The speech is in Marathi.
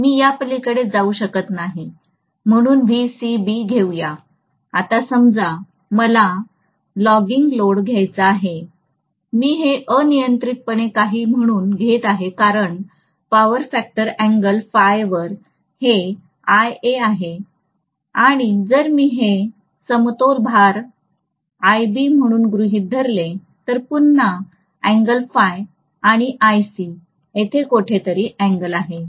मी यापलीकडे जाऊ शकत नाही म्हणून घेऊ या आता समजा मला लॅगिंग लोड घ्यायचा आहे मी हे अनियंत्रितपणे काही म्हणून घेत आहे कारण पॉवर फॅक्टर एंगल फायवर हे आहे आणि जर मी हे समतोल भार म्हणून गृहित धरले तर पुन्हा एंगल फाय आणि येथे कोठेतरी एंगल आहे